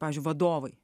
pavyzdžiui vadovai